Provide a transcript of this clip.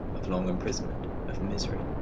of long imprisonment, of misery,